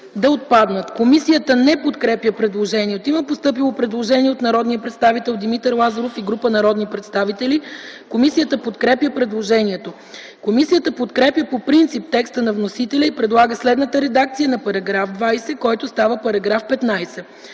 да отпаднат.” Комисията не подкрепя предложението. Има постъпило предложение от народния представител Димитър Лазаров и група народни представители. Комисията подкрепя предложението. Комисията подкрепя по принцип текста на вносителя и предлага следната редакция на § 20, който става § 15: „§ 15.